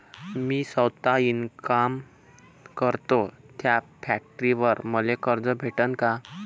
मी सौता इनकाम करतो थ्या फॅक्टरीवर मले कर्ज भेटन का?